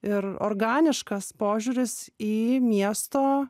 ir organiškas požiūris į miesto